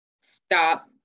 stop